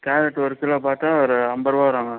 carrot ஒரு kilo பார்த்தா ஒரு ஐம்பது ரூவா வருங்க